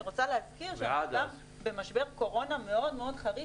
אני רוצה להזכיר שהעולם במשבר קורונה מאוד מאוד חריף